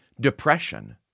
depression